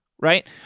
right